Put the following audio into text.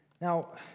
Now